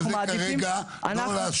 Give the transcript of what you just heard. אנחנו מעדיפים --- הפרויקט הזה כרגע לא לשולחן.